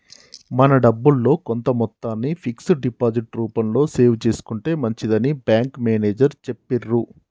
మన డబ్బుల్లో కొంత మొత్తాన్ని ఫిక్స్డ్ డిపాజిట్ రూపంలో సేవ్ చేసుకుంటే మంచిదని బ్యాంకు మేనేజరు చెప్పిర్రు